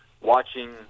watching